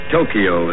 Tokyo